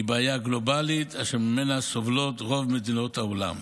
היא בעיה גלובלית אשר ממנה סובלות רוב מדינות העולם.